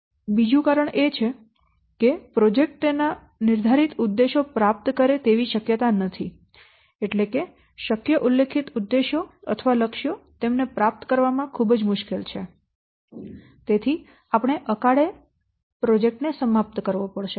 બીજુ કારણ એ છે કે પ્રોજેક્ટ તેના નિર્ધારિત ઉદ્દેશો પ્રાપ્ત કરે તેવી શક્યતા નથી એટલે કે શક્ય ઉલ્લેખિત ઉદ્દેશો અથવા લક્ષ્યો તેમને પ્રાપ્ત કરવામાં ખૂબ જ મુશ્કેલ છે અને તેથી આપણે અકાળે પ્રોજેક્ટ ને સમાપ્ત કરવો પડશે